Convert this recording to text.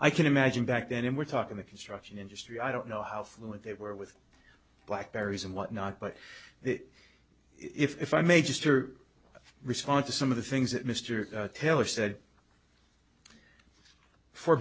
i can imagine back then we're talking the construction industry i don't know how fluent they were with blackberries and whatnot but it if i may just or respond to some of the things that mr heller said for